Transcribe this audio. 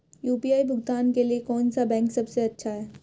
UPI भुगतान के लिए कौन सा बैंक सबसे अच्छा है?